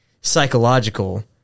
psychological